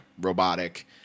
robotic